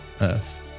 Earth